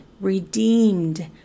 redeemed